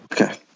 Okay